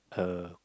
uh